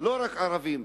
לא רק ערבים.